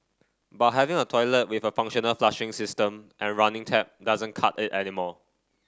but having a toilet with a functional flushing system and running tap doesn't cut it anymore